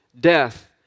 death